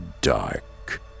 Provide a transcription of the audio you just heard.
dark